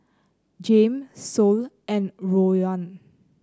Jame Sol and Rowan